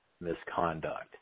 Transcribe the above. misconduct